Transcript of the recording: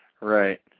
Right